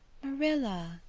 marilla!